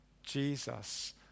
Jesus